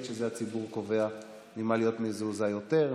זה שהציבור קובע ממה להיות מזועזע יותר,